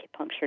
acupuncture